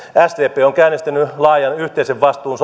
sdp on on käynnistänyt laajan sopimiseen tähtäävän yhteisen vastuun